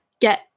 get